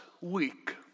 week